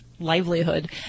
livelihood